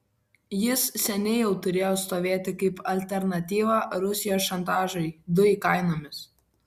jis seniai jau turėjo stovėti kaip alternatyva rusijos šantažui dujų kainomis